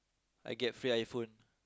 I get free iPhone